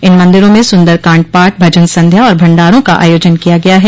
इन मंदिरों में सुन्दरकांड पाठ भजन संध्या और भंडारों का आयोजन किया गया है